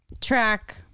track